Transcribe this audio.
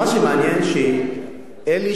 מה שמעניין, שאלה